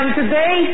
today